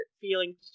feeling